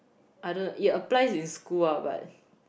I don't yeah applies in school but